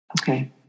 Okay